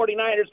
49ers